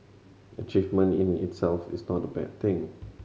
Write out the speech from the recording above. achievement in itself is not a bad thing